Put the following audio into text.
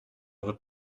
wird